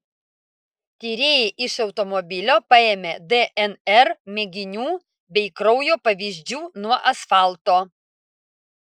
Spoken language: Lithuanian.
tyrėjai iš automobilio paėmė dnr mėginių bei kraujo pavyzdžių nuo asfalto